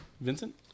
Vincent